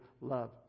love